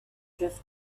drift